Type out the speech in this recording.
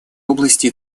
области